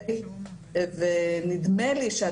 אני רוצה